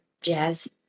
jazz